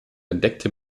entdeckte